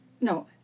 no